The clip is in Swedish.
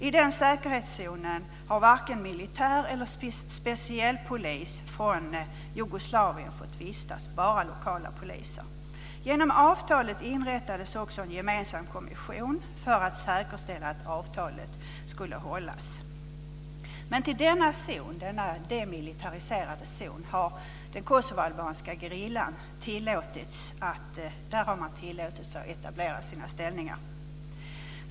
I den säkerhetszonen har varken militär eller specialpolis från Jugoslavien fått vistas - bara lokala poliser. Genom avtalet inrättades också en gemensam kommission för att säkerställa att avtalet skulle hållas. I denna demilitariserade zon har den kosovoalbanska gerillan tillåtits att etablera sina ställningar.